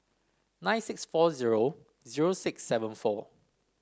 nine six four zero zero six seven four